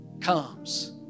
comes